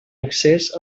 excés